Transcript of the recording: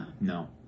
No